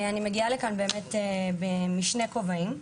אני מגיעה לכאן בשני כובעים: